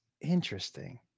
interesting